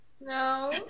No